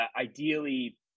ideally